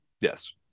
yes